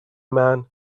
man